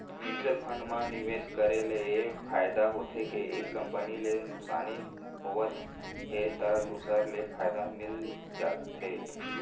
mutual fund म निवेस करे ले ए फायदा होथे के एक कंपनी ले नुकसानी होवत हे त दूसर ले फायदा मिल जाथे